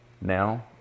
now